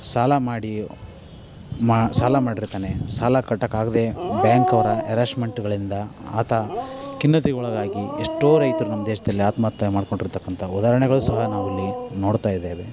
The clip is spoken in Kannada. ಸಾಲ ಮಾಡಿ ಮಾ ಸಾಲ ಮಾಡಿರ್ತಾನೆ ಸಾಲ ಕಟ್ಟೋಕ್ಕಾಗ್ದೆ ಬ್ಯಾಂಕವರ ಎರಾಸ್ಮೆಂಟ್ಗಳಿಂದ ಆತ ಖಿನ್ನತೆಗೊಳಗಾಗಿ ಎಷ್ಟೋ ರೈತರು ನಮ್ಮ ದೇಶದಲ್ಲಿ ಆತ್ಮಹತ್ಯೆ ಮಾಡಿಕೊಂಡಿರ್ತಕ್ಕಂತ ಉದಾಹರಣೆಗಳು ಸಹ ನಾವಿಲ್ಲಿ ನೋಡ್ತಾಯಿದ್ದೇವೆ